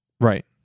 Right